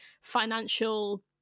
financial